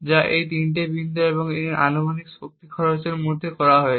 যা এই তিনটি বিন্দু এবং এই অনুমানিক শক্তি খরচের মধ্যে করা হয়েছে